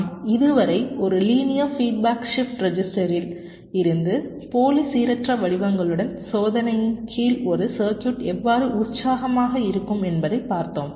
நாம் இதுவரை ஒரு லீனியர் ஃபீட்பெக் ஷிஃப்ட் ரெஜிஸ்டரில் இருந்து போலி சீரற்ற வடிவங்களுடன் சோதனையின் கீழ் ஒரு சர்க்யூட் எவ்வாறு உற்சாகமாக இருக்கும் என்பதை பார்த்தோம்